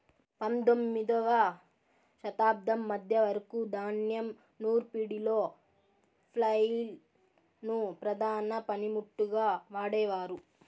పందొమ్మిదవ శతాబ్దం మధ్య వరకు ధాన్యం నూర్పిడిలో ఫ్లైల్ ను ప్రధాన పనిముట్టుగా వాడేవారు